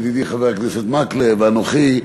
ידידי חבר הכנסת מקלב ואנוכי.